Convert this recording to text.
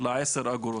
ל-10 אגורות.